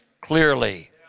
clearly